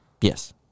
Yes